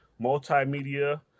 Multimedia